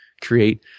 create